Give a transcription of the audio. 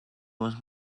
más